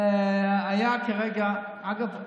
אגב,